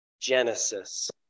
Genesis